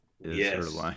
Yes